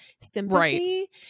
sympathy